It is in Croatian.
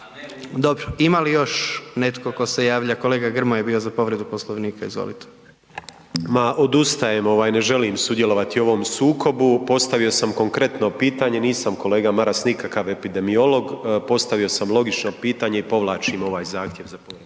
Dobro, ima li još netko tko se javlja? Kolega Grmoja je bio za povredu Poslovnika, izvolite. **Grmoja, Nikola (MOST)** Ma odustajem ovaj, ne želim sudjelovati u ovom sukobu, postavio sam konkretno pitanje, nisam kolega Maras nikakav epidemiolog, postavio sam logično pitanje i povlačim ovaj zahtjeva za